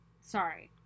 Sorry